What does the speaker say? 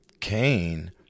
Cain